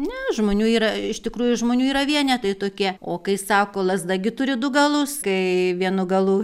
ne žmonių yra iš tikrųjų žmonių yra vienetai tokie o kai sako lazda gi turi du galus kai vienu galu